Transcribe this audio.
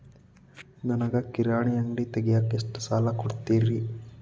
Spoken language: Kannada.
ನನಗ ಕಿರಾಣಿ ಅಂಗಡಿ ತಗಿಯಾಕ್ ಎಷ್ಟ ಸಾಲ ಕೊಡ್ತೇರಿ?